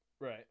right